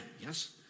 Yes